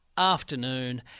afternoon